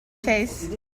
case